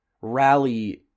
rally